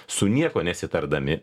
su niekuo nesitardami